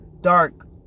dark